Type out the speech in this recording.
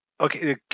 Okay